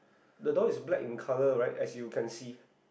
the door is black in colour right as you can see